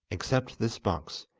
accept this box,